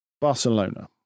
Barcelona